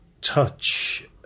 touch